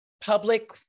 public